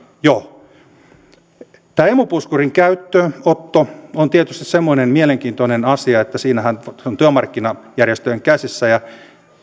jo tämä emu puskurin käyttöönotto on tietysti semmoinen mielenkiintoinen asia että sehän on työmarkkinajärjestöjen käsissä ja